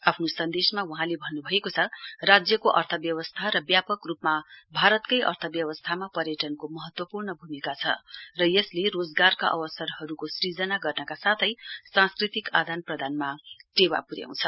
आफ्नो सन्देशमा वहाँले भन्नभएको छ राज्यको अर्थव्यवस्था र व्यापक रूपमा भारतकै अर्थव्यवस्थामा पर्यटनको महत्वपूर्ण भूमिका छ र यसले रोजगारका अवसारहरूको सृजना गर्नका साथै सांस्कृतिक आदान प्रदानमा टेवा पुर्याउछ